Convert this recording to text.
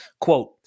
Quote